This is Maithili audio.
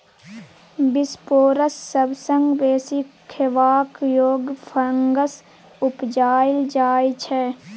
बिसपोरस सबसँ बेसी खेबाक योग्य फंगस उपजाएल जाइ छै